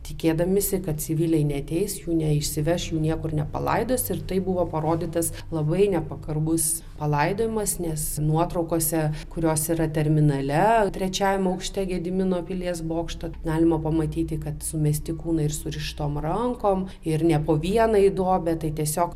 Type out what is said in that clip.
tikėdamiesi kad civiliai neteis jų neišsiveš jų niekur nepalaidos ir tai buvo parodytas labai nepagarbus palaidojimas nes nuotraukose kurios yra terminale trečiajame aukšte gedimino pilies bokšto galima pamatyti kad sumesti kūnai ir surištom rankom ir ne po vieną į duobę tai tiesiog